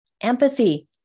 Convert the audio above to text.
Empathy